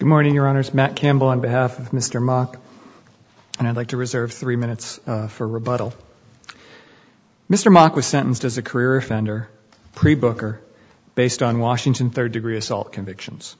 morning your honor is matt campbell on behalf of mr mock and i'd like to reserve three minutes for rebuttal mr mock was sentenced as a career offender pre book or based on washington third degree assault convictions